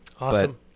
Awesome